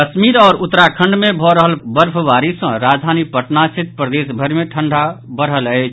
कश्मीर आओर उत्तराखंड मे भऽ रहल बर्फबारी सॅ राजधानी पटना सहित प्रदेश भरि मे ठंडा बढ़ि गेल अछि